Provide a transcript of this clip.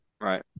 Right